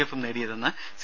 എഫും നേടിയതെന്ന് സി